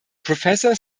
professor